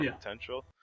potential